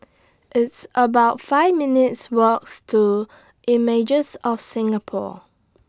It's about five minutes' Walks to Images of Singapore